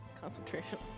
concentration